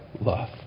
love